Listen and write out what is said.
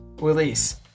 release